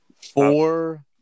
four